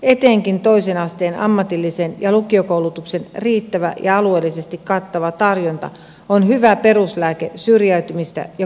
etenkin toisen asteen ammatillisen ja lukiokoulutuksen riittävä ja alueellisesti kattava tarjonta on hyvä peruslääke syrjäytymistä ja koulupudokkuutta vastaan